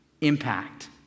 impact